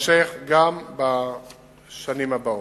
תימשך גם בשנים הבאות.